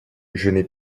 n’ai